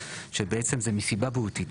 שבעצם זה מסיבה בריאותית,